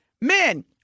men